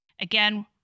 Again